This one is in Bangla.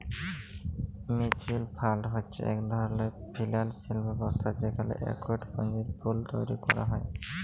মিউচ্যুয়াল ফাল্ড হছে ইক ধরলের ফিল্যালসিয়াল ব্যবস্থা যেখালে ইকট পুঁজির পুল তৈরি ক্যরা হ্যয়